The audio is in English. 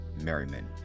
Merriman